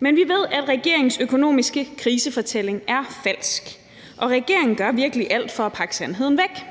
Men vi ved, at regeringens økonomiske krisefortælling er falsk, og regeringen gør virkelig alt for at pakke sandheden væk.